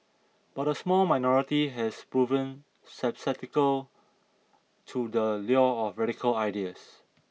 but a small minority have proven susceptible to the lure of radical ideas